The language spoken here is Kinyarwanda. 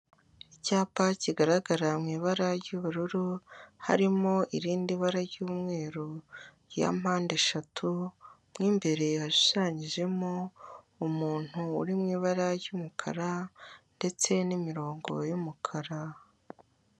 Icyapa kigaragara mu ibara ry'ubururu, harimo irindi bara ry'umweru rya mpandeshatu, mo imbere yashushanyijemo umuntu uri mu ibara ry'umukara ndetse n'imirongo y'umukara.